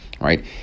right